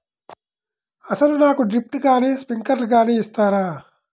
అసలు నాకు డ్రిప్లు కానీ స్ప్రింక్లర్ కానీ ఇస్తారా?